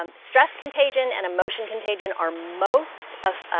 um stress contagion and emotion contagion are most